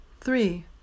Three